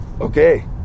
Okay